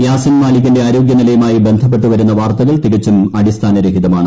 യാസിൻ മാലിക്കിന്റെ ആരോഗ്യനിലയുമായി ബന്ധപ്പെട്ടു വരുന്ന വാർത്തകൾ തികച്ചും അടിസ്ഥാനരഹിതമാണ്